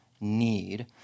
need